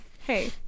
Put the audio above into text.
Hey